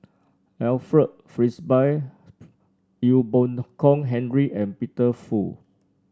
Alfred Frisby Ee Boon Kong Henry and Peter Fu